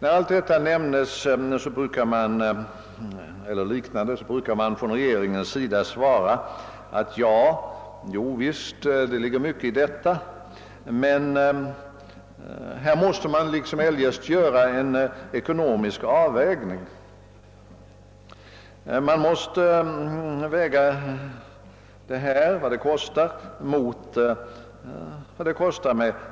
När dessa och liknande företeelser förs på tal brukar man från regeringens sida svara, att det visserligen ligger mycket i detta men att man här liksom eljest måste göra en ekonomisk avvägning mellan dessa åtgärder